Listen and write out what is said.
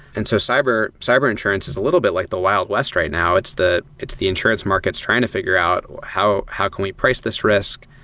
and so cyber cyber insurance is a little bit like the wild west right now. it's the it's the insurance markets trying to figure out how how can we price this risk?